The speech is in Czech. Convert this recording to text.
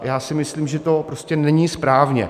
Já si myslím, že to prostě není správně.